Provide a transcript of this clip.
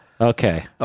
Okay